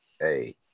hey